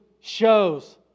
shows